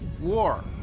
War